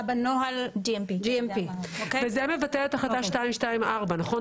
בנוהל GMP. זה מבטל את החלטה 224. נכון?